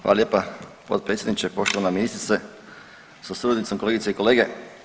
Hvala lijepa potpredsjedniče, poštovana ministrice sa suradnicom, kolegice i kolege.